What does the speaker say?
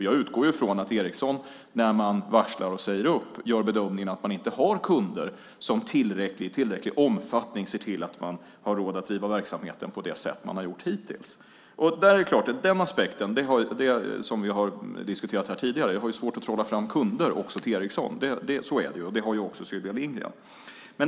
Jag utgår från att Ericsson vid varsel och uppsägningar gör bedömningen att det inte finns kunder som i tillräcklig omfattning ser till att man har råd att driva verksamheten på det sätt man har gjort hittills. Ur den aspekten - som vi har diskuterat här tidigare - har jag svårt att trolla fram kunder också till Ericsson. Det har också Sylvia Lindgren.